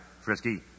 Frisky